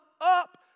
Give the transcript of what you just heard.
up